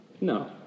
No